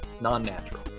Non-natural